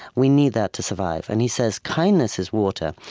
we need that to survive. and he says, kindness is water,